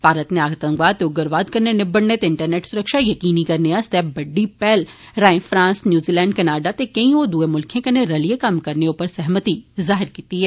मारत नै आतंकवाद ते उग्रवाद कन्नै निबड़ने ते इंटरनेट सुरक्षा यकीनी करने आस्तै बड्डी पैह्ल राए फ्रांस न्यूजीलैंड कनाडा ते केई होर दुए मुल्खे कन्नै रलिए कम्म करने उप्पर सहमति जाहिर कीती ऐ